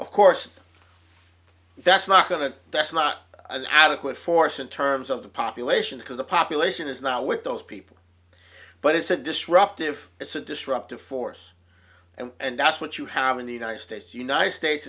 of course that's not going to that's not an adequate force in terms of the population because the population is not with those people but it's a disruptive it's a disruptive force and that's what you have in the united states united states